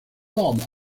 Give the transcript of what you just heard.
gama